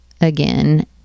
again